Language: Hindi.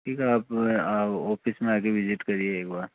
ठीक है आप आओ ऑफिस में आके विजिट करिए एक बार